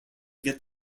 get